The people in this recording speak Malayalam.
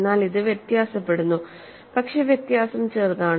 എന്നാൽ ഇത് വ്യത്യാസപ്പെടുന്നു പക്ഷേ വ്യത്യാസം ചെറുതാണ്